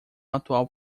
atual